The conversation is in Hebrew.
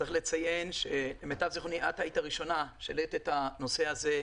צריך לציין שלמיטב זיכרוני את היית הראשונה שהעלית את הנושא הזה,